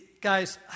Guys